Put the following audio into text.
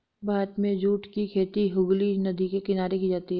भारत में जूट की खेती हुगली नदी के किनारे की जाती है